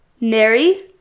Neri